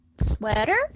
Sweater